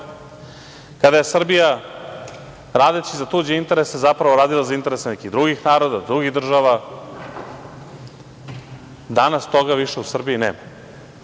kada je Srbija radeći za tuđi interes zapravo radila za interese nekih drugih naroda, drugih država. Danas toga više u Srbiji nema.